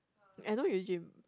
I know you gym